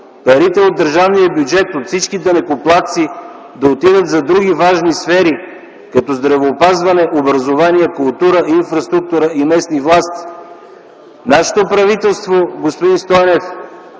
парите от държавния бюджет, от всички данъкоплатци да отидат за други важни сфери, като здравеопазване, образование, култура, инфраструктура и местни власти! Нашето правителство, господин Стойнев,